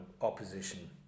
opposition